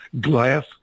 glass